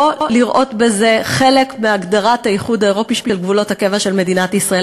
לא לראות בזה חלק מהגדרת האיחוד האירופי של גבולות הקבע של מדינת ישראל.